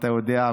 אתה יודע,